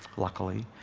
luckily.